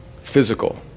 physical